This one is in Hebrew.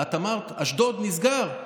ואת אמרת: באשדוד נסגר,